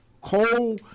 coal